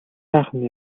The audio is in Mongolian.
сайхан